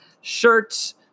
shirts